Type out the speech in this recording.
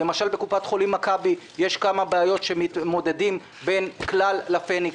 למשל בקופת חולים מכבי יש כמה בעיות בשל כך שמתמודדים בין כלל לפניקס.